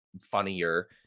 funnier